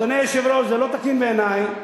אדוני היושב-ראש, זה לא תקין בעיני.